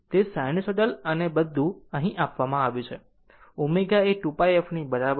તે સાઈનુસાઇડલ અને બધું અહીં આપવામાં આવ્યું છે ω એ 2πf ની બરાબર છે